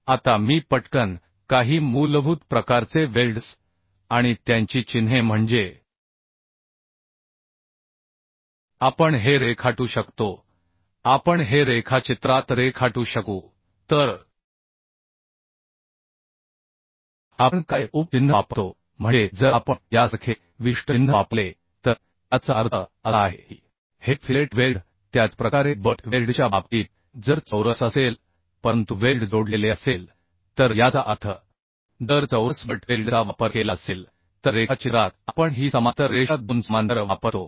आता मी पटकन काही मूलभूत प्रकारचे वेल्ड्स आणि त्यांची चिन्हे म्हणजे आपण हे रेखाटू शकतो आपण हे रेखाचित्रात रेखाटू शकू तर आपण काय उप चिन्ह वापरतो म्हणजे जर आपण यासारखे विशिष्ट चिन्ह वापरले तर याचा अर्थ असा आहे की हे फिलेट वेल्ड त्याचप्रकारे बट वेल्डच्या बाबतीत जर चौरस असेल परंतु वेल्ड जोडलेले असेल तर याचा अर्थ जर चौरस बट वेल्डचा वापर केला असेल तर रेखाचित्रात आपण ही समांतर रेषा 2 समांतर वापरतो